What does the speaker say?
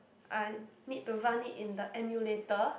I need to run it in the emulator